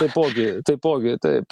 taipogi taipogi taip